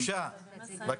בבקשה.